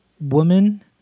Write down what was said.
woman